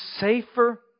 safer